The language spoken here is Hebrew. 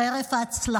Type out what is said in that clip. חברת הכנסת שטרית, די.